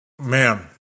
Man